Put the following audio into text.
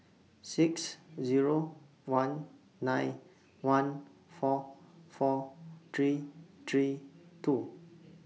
six Zero one nine one four four three three two